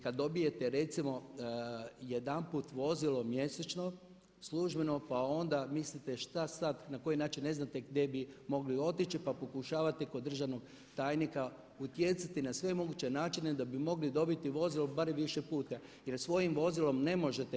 Kada dobijete recimo jedanput vozilo mjesečno službeno pa onda mislite šta sada na koji način ne znate gdje bi mogli otići pa pokušavate kod državnog tajnika utjecati na sve moguće načine da bi mogli dobiti vozilo barem više puta jer svojim vozilom ne možete.